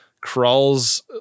crawls